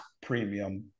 premium